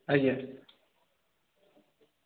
ଆଜ୍ଞା